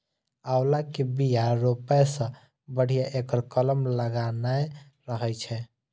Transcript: आंवला के बिया रोपै सं बढ़िया एकर कलम लगेनाय रहै छै